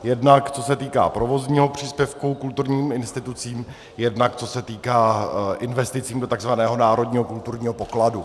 Jednak co se týká provozního příspěvku kulturním institucím, jednak co se týká investic do tzv. národního kulturního pokladu.